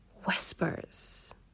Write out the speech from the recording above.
whispers